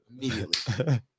immediately